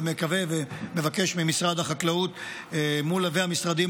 ומקווה ומבקש ממשרד החקלאות והמשרדים